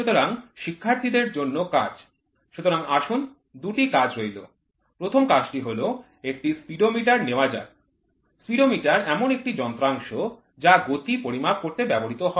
সুতরাং শিক্ষার্থীদের জন্য কাজ সুতরাং আসুন দুটি কাজ রইল প্রথম কাজটি হল একটি স্পিডোমিটার নেওয়া যাক স্পিডোমিটার এমন একটি যন্ত্রাংশ যা গতি পরিমাপ করতে ব্যবহৃত হয়